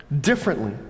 differently